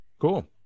Cool